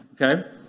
okay